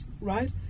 right